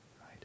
right